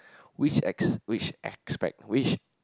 which ex~ which expect which